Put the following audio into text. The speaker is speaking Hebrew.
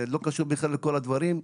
לא קשור בכלל לכל הדברים.